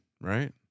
right